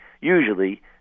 usually